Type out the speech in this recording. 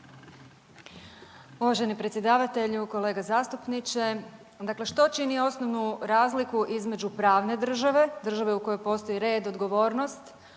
Uvaženi predsjedavatelju, kolega zastupniče dakle što čini osnovnu razliku između pravne države, države u kojoj postoji red, odgovornost,